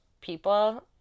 people